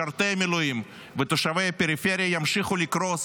משרתי המילואים ותושבי הפריפריה ימשיכו לקרוס